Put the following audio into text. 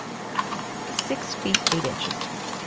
um my god six feet eight inches tall.